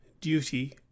duty